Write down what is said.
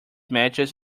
matches